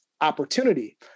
opportunity